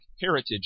Heritage